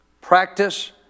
Practice